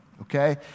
Okay